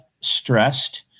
stressed